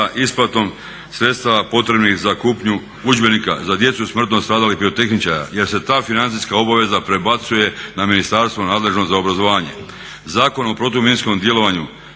isplatom sredstava potrebnih za kupnju udžbenika za djecu smrtno stradalih pirotehničara jer se ta financijska obveza prebacuje na ministarstvo nadležno za obrazovanje. Zakon o protuminskom djelovanju